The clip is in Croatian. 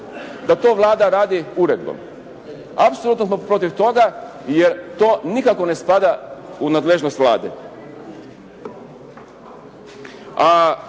da to Vlada radi uredbom. Apsolutno smo protiv toga jer to nikako ne spada u nadležnost Vlade.